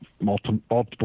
multiple